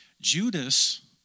Judas